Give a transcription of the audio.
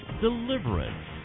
deliverance